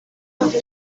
راه